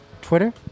Twitter